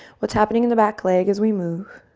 what's happening in the back leg as we move.